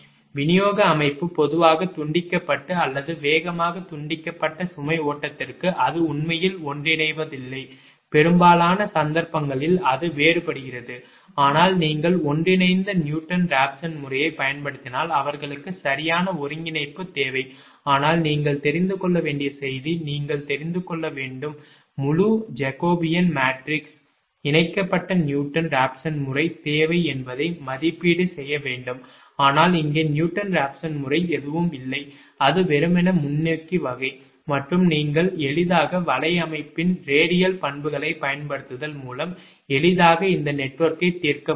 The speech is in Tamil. விநியோக அமைப்பு பொதுவாக துண்டிக்கப்பட்டு அல்லது வேகமாக துண்டிக்கப்பட்ட சுமை ஓட்டத்திற்கு அது உண்மையில் ஒன்றிணைவதில்லை பெரும்பாலான சந்தர்ப்பங்களில் அது வேறுபடுகிறது ஆனால் நீங்கள் இணைந்த நியூட்டன் ராப்சன் முறையைப் பயன்படுத்தினால் அவர்களுக்கு சரியான ஒருங்கிணைப்பு தேவை ஆனால் நீங்கள் தெரிந்து கொள்ள வேண்டிய செய்தி நீங்கள் தெரிந்து கொள்ள வேண்டும் முழு ஜேக்கோபியன் மேட்ரிக்ஸ் இணைக்கப்பட்ட நியூட்டன் ராப்சன் முறை தேவை என்பதை மதிப்பீடு செய்ய வேண்டும் ஆனால் இங்கே நியூட்டன் ராப்சன் முறை எதுவுமில்லை அது வெறுமனே முன்னோக்கி வகை மற்றும் நீங்கள் எளிதாகவலையமைப்பின் ரேடியல் பண்புகளைப் பயன்படுத்துதல் மூலம் எளிதாக இந்த நெட்வொர்க்கை தீர்க்க முடியும்